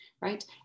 right